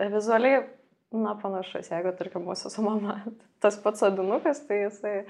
vizualiai na panašus jeigu tarkim mūsų su mama tas pats sodinukas tai jisai